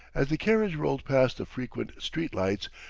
as the carriage rolled past the frequent street-lights,